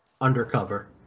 undercover